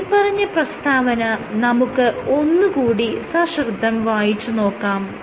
മേല്പറഞ്ഞ പ്രസ്താവന നമുക്ക് ഒന്ന് കൂടി സശ്രദ്ധം വായിച്ചുനോക്കാം